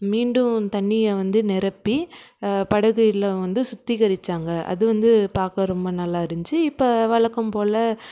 மீண்டும் தண்ணியை வந்து நிரப்பி படகு இல்லம் வந்து சுத்திகரித்தாங்க அது வந்து பார்க்க ரொம்ப நல்லா இருந்துச்சு இப்போ வழக்கம் போல்